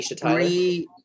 three